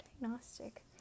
diagnostic